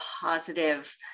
positive